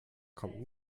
kommt